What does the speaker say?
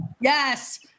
Yes